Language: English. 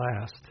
last